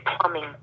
plumbing